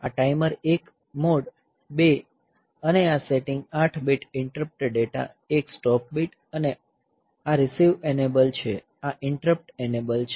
આ timer 1 mode 2 અને આ setting 8 bit interrupt data 1 stop bit અને આ રીસીવ એનેબલ છે આ ઈન્ટરપ્ટ એનેબલ છે